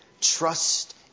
Trust